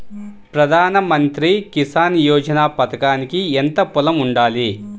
ప్రధాన మంత్రి కిసాన్ యోజన పథకానికి ఎంత పొలం ఉండాలి?